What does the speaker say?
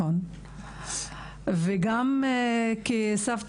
גם כאישה,